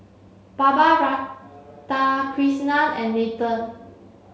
Baba Radhakrishnan and Nathan